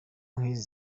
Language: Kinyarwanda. nk’izi